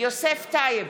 יוסף טייב,